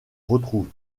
retrouve